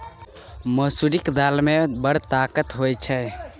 मसुरीक दालि मे बड़ ताकत होए छै